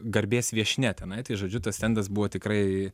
garbės viešnia tenai tai žodžiu tas stendas buvo tikrai